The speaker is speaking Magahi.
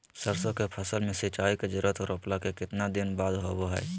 सरसों के फसल में सिंचाई के जरूरत रोपला के कितना दिन बाद होबो हय?